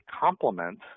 complement